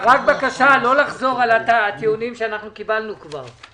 בבקשה לא לחזור על הטיעונים שנאמרו כבר.